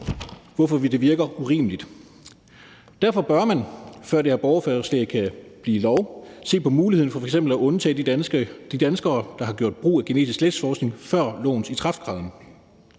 hvorfor det virker urimeligt. Derfor bør man, før det her borgerforslag kan blive lov, se på muligheden for f.eks. at undtage de danskere, der har gjort brug af genetisk slægtsforskning før lovens ikrafttræden.